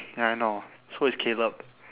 ya I know so is caleb